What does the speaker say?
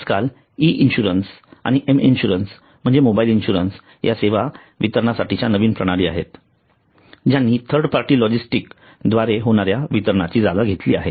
आजकाल e insurance आणि m insurance म्हणजे मोबाईल इन्शुरन्स ह्या सेवा वितरणासाठीच्या नवीन प्रणाली आहेत ज्यानी थर्ड पार्टी लॉजिस्टिक्स द्वारे होणाऱ्या वितरणाची जागा घेतली आहे